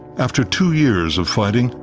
after two years of fighting,